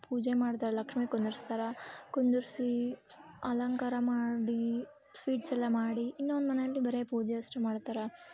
ಪೂಜೆ ಮಾಡ್ತಾರ್ ಲಕ್ಷ್ಮೀ ಕುಂದರ್ಸ್ತಾರೆ ಕುಂದುರ್ಸಿ ಅಲಂಕಾರ ಮಾಡಿ ಸ್ವೀಟ್ಸ್ ಎಲ್ಲ ಮಾಡಿ ಇನ್ನೊಂದು ಮನೆಯಲ್ಲಿ ಬರೇ ಪೂಜೆ ಅಷ್ಟೇ ಮಾಡ್ತಾರೆ